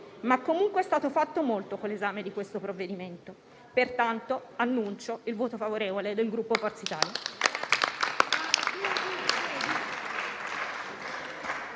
Comunque, è stato fatto molto con l'esame di questo provvedimento. Annuncio, pertanto, il voto favorevole del Gruppo Forza Italia.